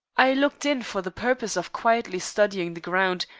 i looked in for the purpose of quietly studying the ground,